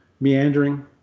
meandering